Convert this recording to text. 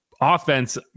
offense